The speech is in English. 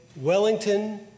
Wellington